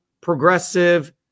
progressive